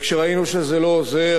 וכשראינו שזה לא עוזר,